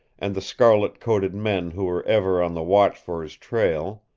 and the scarlet-coated men who were ever on the watch for his trail.